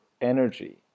energy